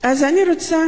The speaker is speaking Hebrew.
אני רוצה